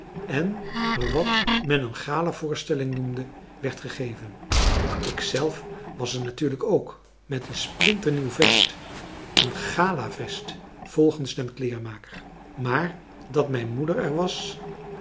en er wat men een galavoorstelling noemde werd gegeven ik zelf was er natuurlijk ook met een splinternieuw vest een galavest volgens den kleermaker maar dat mijn moeder er was